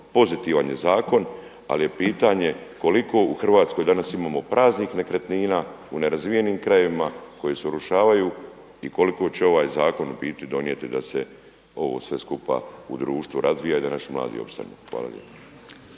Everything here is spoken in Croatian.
pozitivan je zakon. Ali je pitanje koliko u Hrvatskoj danas imamo praznih nekretnina u nerazvijenim krajevima koji se urušavaju i koliko će ovaj zakon u biti donijeti da se ovo sve skupa u društvu razvija i da naši mladi opstanu. Hvala lijepa.